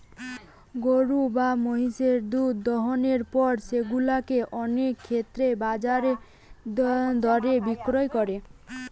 গরু বা মহিষের দুধ দোহানোর পর সেগুলা কে অনেক ক্ষেত্রেই বাজার দরে বিক্রি করে